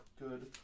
Good